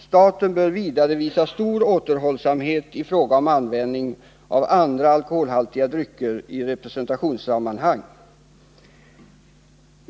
Staten bör vidare visa stor återhållsamhet i fråga om användningen av andra alkoholhaltiga drycker i representationssammanhang.